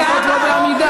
לפחות לא בעמידה.